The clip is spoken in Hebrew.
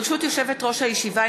ברשות יושבת-ראש הישיבה,